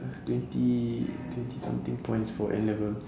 uh twenty twenty something points for N-level